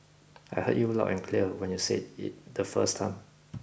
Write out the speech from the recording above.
I heard you loud and clear when you said it the first time